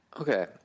Okay